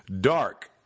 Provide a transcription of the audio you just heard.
Dark